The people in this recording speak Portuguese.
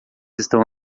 estão